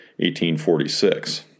1846